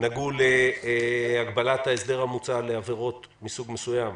נגעו להגבלת ההסדר המוצע לעבירות מסוג מסוים,